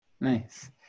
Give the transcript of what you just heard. Nice